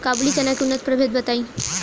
काबुली चना के उन्नत प्रभेद बताई?